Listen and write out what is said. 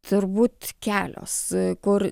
turbūt kelios kur